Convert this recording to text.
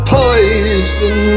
poison